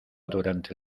durante